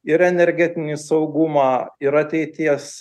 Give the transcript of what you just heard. ir energetinį saugumą ir ateities